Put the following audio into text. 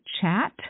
chat